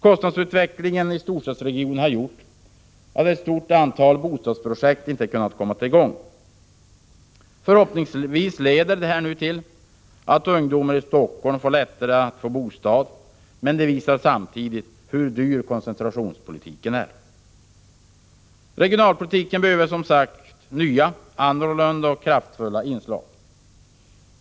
Kostnadsutvecklingen i storstadsregionerna har gjort att ett stort antal bostadsprojekt inte kunnat komma i gång. Förhoppningsvis leder det nämnda förslaget till att ungdomar i Helsingfors lättare kan få bostad. Men det visar samtidigt hur dyr koncentrationspolitiken är. Regionalpolitiken behöver nya, annorlunda och kraftfulla inslag.